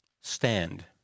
Stand